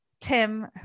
Tim